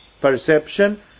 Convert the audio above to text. perception